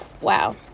wow